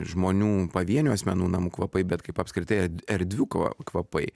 žmonių pavienių asmenų namų kvapai bet kaip apskritai erdvių kva kvapai